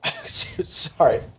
Sorry